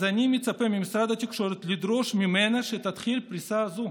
אז אני מצפה ממשרד התקשורת לדרוש ממנה שתתחיל פריסה זו.